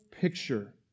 picture